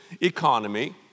economy